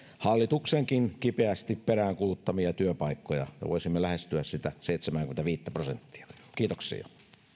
hallituksenkin kipeästi peräänkuuluttamia työpaikkoja ja voisimme lähestyä sitä seitsemääkymmentäviittä prosenttia kiitoksia